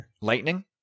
lightning